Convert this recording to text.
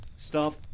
Stop